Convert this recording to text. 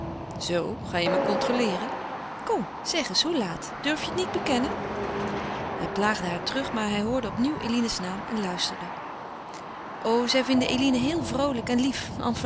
zoo ga je me controleeren kom zeg eens hoe laat durf je het niet bekennen hij plaagde haar terug maar hij hoorde opnieuw eline's naam en luisterde o zij vinden eline heel vroolijk en lief